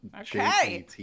Okay